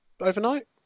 overnight